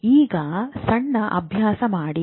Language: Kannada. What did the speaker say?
ಈಗ ಸಣ್ಣ ಅಭ್ಯಾಸ ಮಾಡಿ